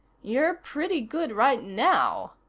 you're pretty good right now,